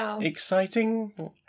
exciting